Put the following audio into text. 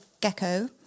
gecko